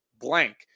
blank